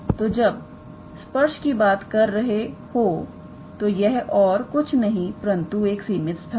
तो जब स्पर्श की बात कर रहे हो तो यह और कुछ नहीं परंतु एक सीमित स्थान है